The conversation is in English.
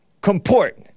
Comport